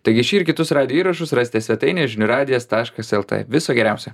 taigi šį ir kitus radijo įrašus rasite svetainėje žinių radijas taškas lt viso geriausio